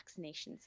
vaccinations